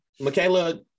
Michaela